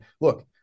Look